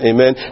Amen